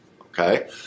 Okay